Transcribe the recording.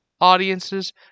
audiences